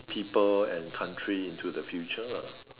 people and country into the future lah